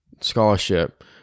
scholarship